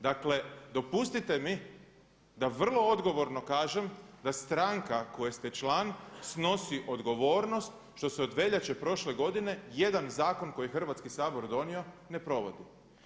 Dakle, dopustite mi da vrlo odgovorno kažem da stranka koje ste član snosi odgovornost što se od veljače prošle godine jedan zakon koji je Hrvatski sabor donio ne provodi.